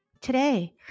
Today